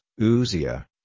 Uziah